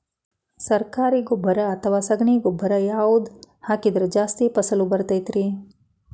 ಸರಕಾರಿ ಗೊಬ್ಬರ ಅಥವಾ ಸಗಣಿ ಗೊಬ್ಬರ ಯಾವ್ದು ಹಾಕಿದ್ರ ಜಾಸ್ತಿ ಫಸಲು ಬರತೈತ್ರಿ?